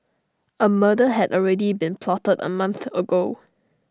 A murder had already been plotted A month ago